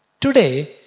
Today